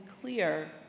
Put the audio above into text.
clear